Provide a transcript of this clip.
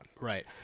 Right